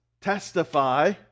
testify